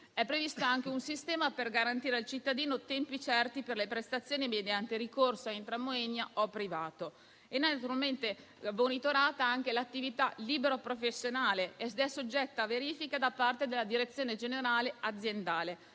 È previsto anche un sistema per garantire al cittadino tempi certi per le prestazioni, mediante ricorso a *intramoenia* o a privato. Viene monitorata l'attività libero-professionale, soggetta a verifiche da parte della direzione generale aziendale,